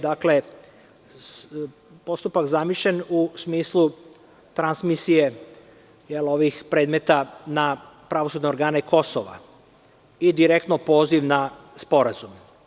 Dakle, ceo postupak je zamišljen u smislu transmisije ovih predmeta na pravosudne organe Kosova i direktno poziv na Sporazum.